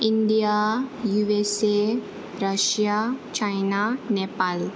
India U S A Russia China Nepal